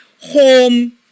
home